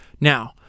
Now